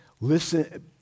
Listen